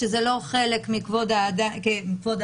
שזה לא חלק מכבוד האדם,